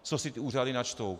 Co si ty úřady načtou?